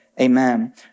amen